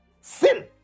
Sin